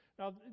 Now